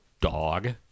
dog